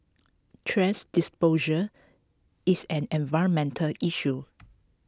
thrash disposer is an environmental issue